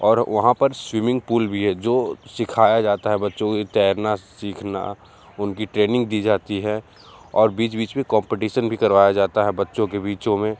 और वहाँ पर स्विमिंग पूल भी है जो सीखाया जाता है बच्चों के तैरना सीखना उनकी ट्रेनिंग दी जाती है और बीच बीच में कॉम्पटीसन भी करवाया जाता है बच्चों के बीच में